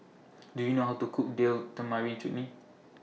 Do YOU know How to Cook Deal Tamarind Chutney